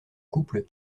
couple